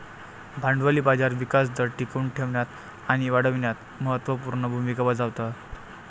भांडवली बाजार विकास दर टिकवून ठेवण्यात आणि वाढविण्यात महत्त्व पूर्ण भूमिका बजावतात